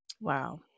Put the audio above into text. Wow